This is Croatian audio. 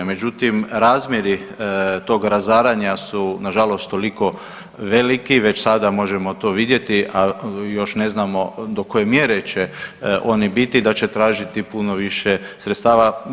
Međutim, razmjeri tog razaranja su nažalost toliko veliki, već sada možemo to vidjeti, a još ne znamo do koje mjere će oni biti da će tražiti puno više sredstava.